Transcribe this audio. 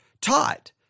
taught